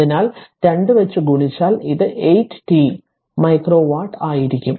അതിനാൽ 2 വച്ച് ഗുണിച്ചാൽ ഇത് 8 t മൈക്രോ വാട്ട് ആയിരിക്കും